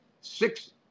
six